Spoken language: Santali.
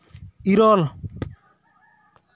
ᱤᱨᱚᱞ